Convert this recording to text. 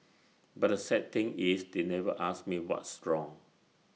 but the sad thing is they never asked me what's wrong